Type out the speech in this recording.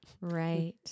Right